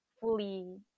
fully